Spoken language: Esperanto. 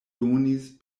donis